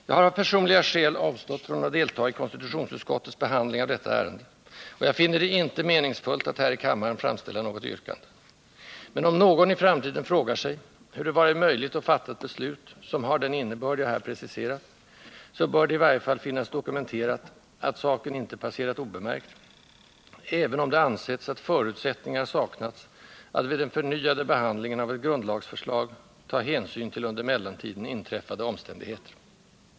Jag har av personliga skäl avstått från att deltaga i konstitutionsutskottets behandling av detta ärende, och jag finner det inte meningsfullt att här i kammaren framställa något yrkande. Men om någon i framtiden frågar sig, hur det varit möjligt att fatta ett beslut, som har den innebörd jag här preciserat, så bör det i varje fall finnas dokumenterat att saken inte passerat obemärkt, även om det ansetts att förutsättningar saknats att vid den förnyade behandlingen av ett grundlagsförslag ta hänsyn till under mellantiden inträffade omständigheter.